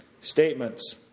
statements